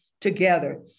together